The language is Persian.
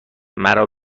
مرا